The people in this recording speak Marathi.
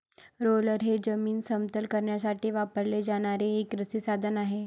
रोलर हे जमीन समतल करण्यासाठी वापरले जाणारे एक कृषी साधन आहे